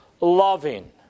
loving